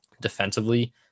defensively